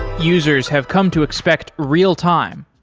users have come to expect real-time.